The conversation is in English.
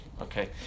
Okay